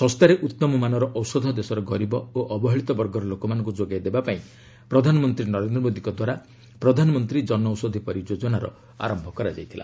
ଶସ୍ତାରେ ଉତ୍ତମମାନର ଔଷଧ ଦେଶର ଗରିବ ଓ ଅବହେଳିତ ବର୍ଗର ଲୋକମାନଙ୍କୁ ଯୋଗାଇ ଦେବା ପାଇଁ ପ୍ରଧାନମନ୍ତ୍ରୀ ନରେନ୍ଦ୍ର ମୋଦୀଙ୍କ ଦ୍ୱାରା ପ୍ରଧାନମନ୍ତ୍ରୀ ଜନଔଷଧୀ ପରିଯୋଜନାର ଆରମ୍ଭ କରାଯାଇଥିଲା